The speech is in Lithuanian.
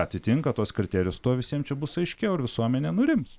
atitinka tuos kriterijus tuo visiem čia bus aiškiau ir visuomenė nurims